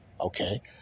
Okay